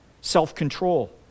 Self-control